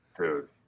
Dude